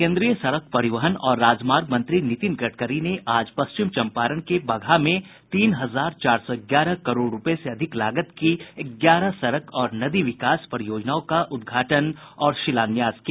केन्द्रीय सड़क परिवहन और राजमार्ग मंत्री नितिन गडकरी ने आज पश्चिम चम्पारण के बगहा में तीन हजार चार सौ ग्यारह करोड़ रूपये से अधिक लागत की ग्यारह सड़क और नदी विकास परियोजनाओं का उदघाटन और शिलान्यास किया